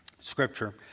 scripture